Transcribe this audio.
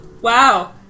Wow